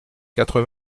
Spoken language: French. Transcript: quatre